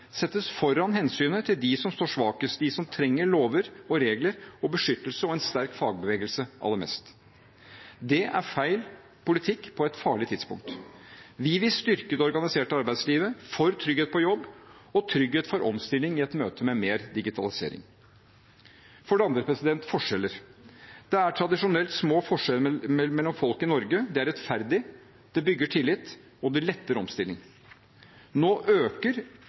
settes foran hensynet til dem som står svakest, de som trenger lover, regler og beskyttelse og en sterk fagbevegelse aller mest. Det er feil politikk på et farlig tidspunkt. Vi vil styrke det organiserte arbeidslivet, for trygghet på jobb og trygghet for omstilling i et møte med mer digitalisering. For det andre forskjeller: Det er tradisjonelt små forskjeller mellom folk i Norge. Det er rettferdig, det bygger tillit, og det letter omstilling. Nå øker